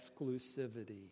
exclusivity